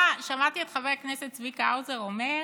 שמעתי את חבר הכנסת צביקה האוזר אומר: